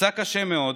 נפצע קשה מאוד,